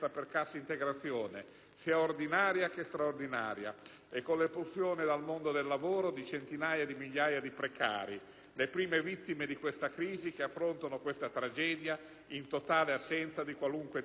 sia ordinaria quanto straordinaria e con l'espulsione dal mondo del lavoro di centinaia di migliaia di precari, le prime vittime di questa crisi che affrontano questa tragedia in totale assenza di qualunque tipo di rete sociale.